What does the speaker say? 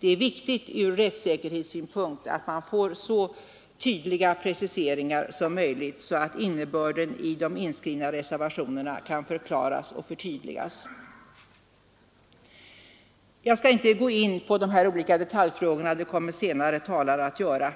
Det är viktigt från rättssäkerhetssynpunkt att man får så tydliga preciseringar som möjligt så att innebörden i de inskrivna reservationerna kan förklaras och förtydligas. Jag skall inte gå in på de olika detaljfrågorna — det kommer senare talare att göra.